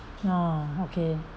ah okay